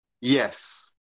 Yes